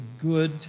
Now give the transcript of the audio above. good